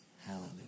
Hallelujah